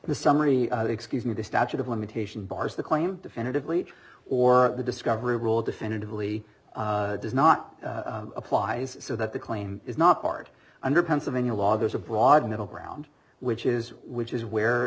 the summary excuse me the statute of limitation bars the claim definitively or the discovery rule definitively does not apply so that the claim is not part under pennsylvania law there's a broad middle ground which is which is where